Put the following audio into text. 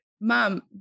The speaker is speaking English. mom